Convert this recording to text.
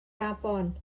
afon